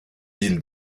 îles